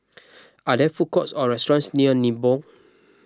are there food courts or restaurants near Nibong